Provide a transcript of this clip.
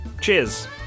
cheers